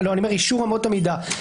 אני אומר אישור אמות המידה,